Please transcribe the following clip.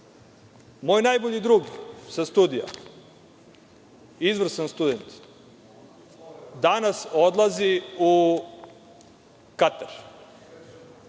Moj najbolji drug sa studija, izvrstan student, danas odlazi u Katar.